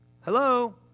Hello